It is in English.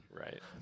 Right